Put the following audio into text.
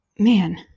Man